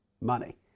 money